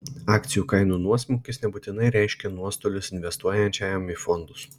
akcijų kainų nuosmukis nebūtinai reiškia nuostolius investuojančiajam į fondus